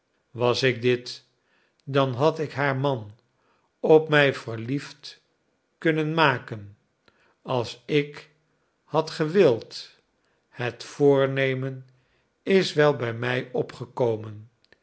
was ik dit dan had ik haar man op mij verliefd kunnen maken als ik had gewild het voornemen is wel bij mij opgekomen